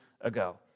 ago